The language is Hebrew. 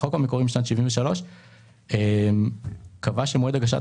החוק המקורי משנת 1973 קבע שמועד הגשת